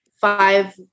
five